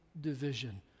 division